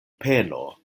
peno